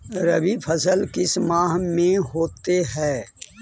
रवि फसल किस माह में होते हैं?